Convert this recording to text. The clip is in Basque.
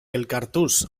elkartuz